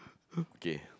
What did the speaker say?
okay